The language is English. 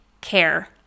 care